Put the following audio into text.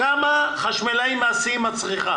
כמה חשמלאים מעשיים אישרת?